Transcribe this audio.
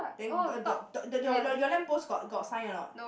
then uh th~ th~ th~ the your your your lamp post got sign or not